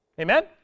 Amen